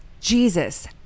Jesus